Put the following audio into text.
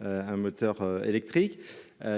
un moteur électrique.